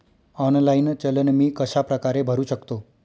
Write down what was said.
Online चलन मी कशाप्रकारे भरु शकतो?